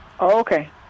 okay